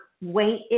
weight